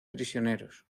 prisioneros